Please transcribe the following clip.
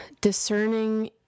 discerning